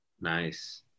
nice